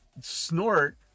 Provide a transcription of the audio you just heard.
snort